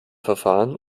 verfahren